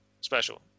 special